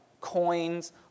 coins